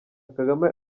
kagame